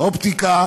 אופטיקה